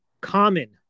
common